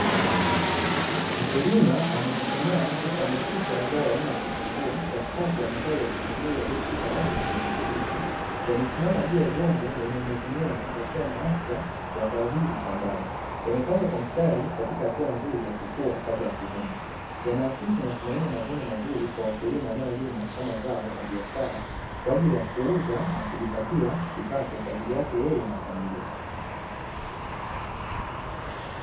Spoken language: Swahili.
Mkulima amechuchumaa huku ameshika zao aina ya kitunguu katikati ya matawi yalioshika rangi ya kijani kibichi, yamesimama juu ya udongo wenye unyevu nyevu yakiwa na afya ya zao hili shambani. Yamepangwa kwa mstari katika hatua nzuri ya kukua kabla ya kuvunwa, yanaakisi matumaini ya mavuno mazuri kwa wakulima wanaolima kama zao la biashara kwa ajili ya kuuza kujipatia kipato kwa ajili yake yeye na familia.